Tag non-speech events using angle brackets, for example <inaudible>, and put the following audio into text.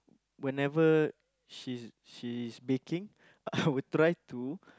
whenever she's she is baking I <laughs> would try to